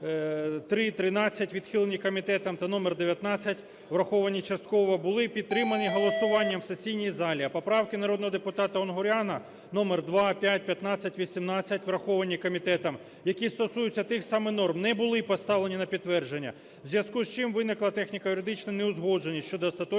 народного депутата Унгуряна номер 2, 5, 15, 18, враховані комітетом, які стосуються тих самих норм, не були поставлені на підтвердження. У зв'язку з чим виникла техніко-юридична неузгодженість щодо остаточної